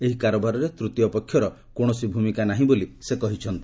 ଏହି କାରବାରରେ ତୃତୀୟ ପକ୍ଷର କୌଣସି ଭୂମିକା ନାହିଁ ବୋଲି ସେ କହିଛନ୍ତି